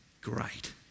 great